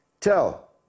Tell